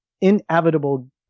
inevitable